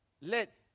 let